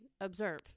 observe